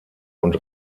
und